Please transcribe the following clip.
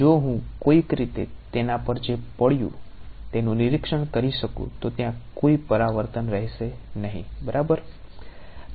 જો હું કોઈક રીતે તેના પર જે પડ્યું તેનું નિરીક્ષણ કરી શકું તો ત્યાં કોઈ પરાવર્તન રહેશે નહીં બરાબર